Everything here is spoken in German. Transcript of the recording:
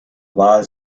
war